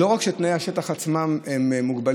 לא רק שתנאי השטח עצמם מוגבלים,